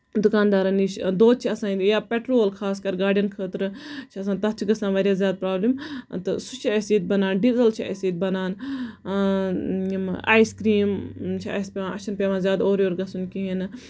دُکان دارَن نِش دۄد چھُ آسان یا پٮ۪ٹرول خاص کر گاڈٮ۪ن خٲطرٕ چھُ آسان تَتھ چھِ گژھان واریاہ زیادٕ پروبلِم تہٕ سُہ چھُ اَسہِ ییٚتہِ بَنان ڈِزل چھُ اَسہِ ییٚتہِ بَنان یِمہٕ اَیِس کریٖم یِم چھِ اَسہِ پٮ۪وان اَسہِ چھُنہٕ پٮ۪وان زیادٕ اورٕ یور گژھُن کِہیٖنۍ نہٕ